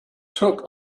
took